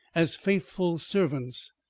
as faithful servants,